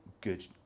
good